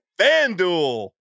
FanDuel